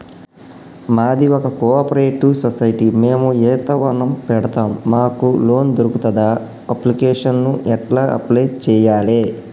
మాది ఒక cooperative society మేము ఈత వనం పెడతం మాకు లోన్ దొర్కుతదా? అప్లికేషన్లను ఎట్ల అప్లయ్ చేయాలే?